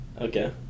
Okay